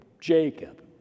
Jacob